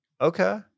okay